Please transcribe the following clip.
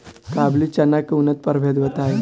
काबुली चना के उन्नत प्रभेद बताई?